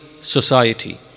society